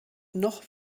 noch